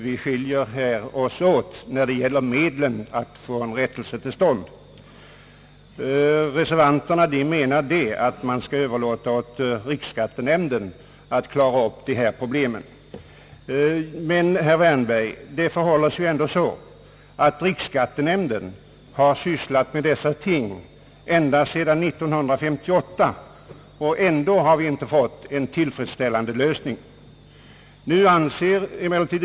Vi skiljer oss åt när det gäller medlen att få en rättelse till stånd. Reservanterna menar att man skall överlåta åt riksskattenämnden att klara av dessa problem. Men, herr Wärnberg, riksskattenämnden har sysslat med dessa ting ända sedan 1958, och ändå har vi inte fått en tillfredsställande lösning.